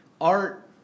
art